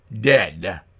dead